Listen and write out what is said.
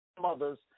mothers